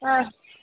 हा